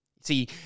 See